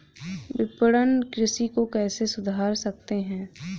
विपणन कृषि को कैसे सुधार सकते हैं?